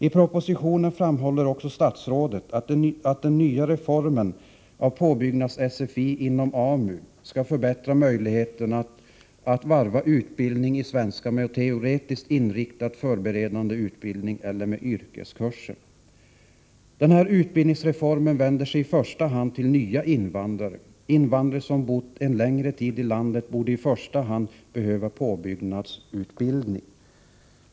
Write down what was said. I propositionen framhåller också statsrådet att den nya formen av påbyggnads-SFI inom AMU skall förbättra möjligheterna att varva utbildningen i svenska med teoretiskt inriktad förberedande utbildning eller med yrkeskurser. Den här utbildningsreformen vänder sig i första hand till nya invandrare. Invandrare som har bott en längre tid i landet borde i första hand behöva påbyggnadsutbildning.